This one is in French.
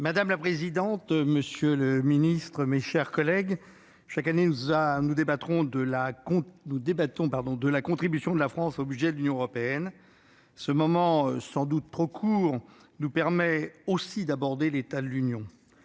Madame la présidente, monsieur le secrétaire d'État, mes chers collègues, chaque année, nous débattons de la contribution de la France au budget de l'Union européenne. Ce moment, sans doute trop court, nous permet aussi d'aborder l'état de l'Union.